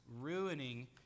ruining